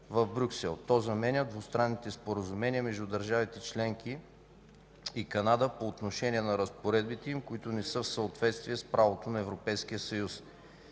в Брюксел. То заменя двустранните споразумения между държавите членки и Канада по отношение на разпоредбите им, които не са в съответствие с правото на Европейския съюз.